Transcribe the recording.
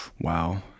Wow